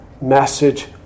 message